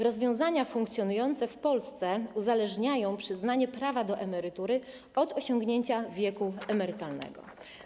Rozwiązania funkcjonujące w Polsce uzależniają przyznanie prawa do emerytury od osiągnięcia wieku emerytalnego.